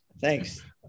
thanks